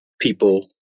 people